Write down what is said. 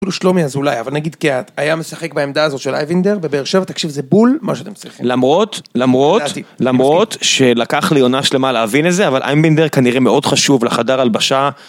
אפילו שלומי אזולאי, אבל נגיד קהת היה משחק בעמדה הזאת של אייבינדר בבאר שבע, תקשיב זה בול מה שאתם צריכים. למרות שלקח לי עונה שלמה להבין את זה אבל אייבינדר כנראה מאוד חשוב לחדר הלבשה.